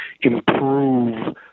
improve